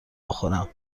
بخورم